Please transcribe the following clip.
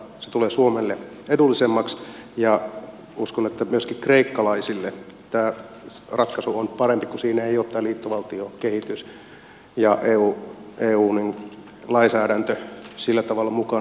se tulee suomelle edullisemmaksi ja uskon että myöskin kreikkalaisille tämä ratkaisu on parempi kun siinä eivät ole tämä liittovaltiokehitys ja eu lainsäädäntö sillä tavalla mukana